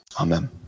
Amen